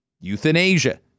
euthanasia